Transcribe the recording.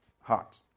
heart